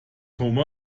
tomé